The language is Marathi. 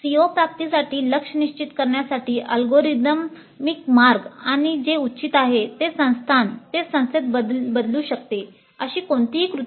CO प्राप्तीसाठी लक्ष्य निश्चित करण्याचे अल्गोरिदमिक मार्ग आणि जे उचित आहे ते संस्थान ते संस्थेत बदलू शकते अशी कोणतीही कृती नाही